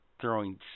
Throwing